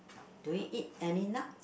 do you eat any nut